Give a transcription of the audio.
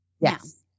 yes